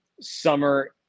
summer